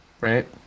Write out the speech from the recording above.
right